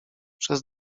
przez